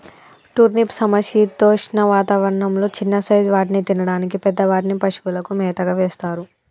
turnip సమశీతోష్ణ వాతావరణం లొ చిన్న సైజ్ వాటిని తినడానికి, పెద్ద వాటిని పశువులకు మేతగా వేస్తారు